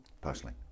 Personally